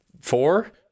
four